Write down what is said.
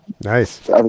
Nice